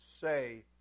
say